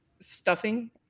stuffing